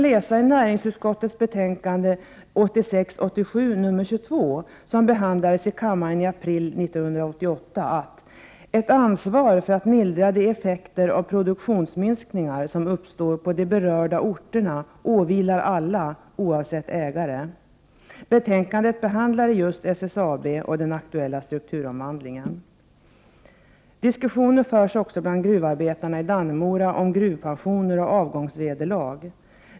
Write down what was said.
I näringsutskottets betänkande NU 1986/87:22 som behandlades i kammaren i april 1988 står att ”ert ansvar för att mildra de effekter av produktionsminskningar som uppstår på de berörda orterna åvilar alla oavsett ägare.” Betänkandet behandlade just SSAB och den aktuella strukturomvandlingen. Diskussioner om gruvpensioner och avgångsvederlag förs också bland gruvarbetarna i Dannemora.